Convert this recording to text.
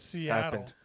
Seattle